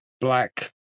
Black